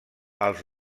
els